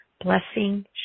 Blessing